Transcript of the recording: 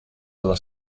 alla